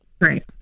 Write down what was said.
Right